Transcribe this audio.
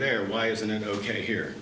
there why isn't it ok here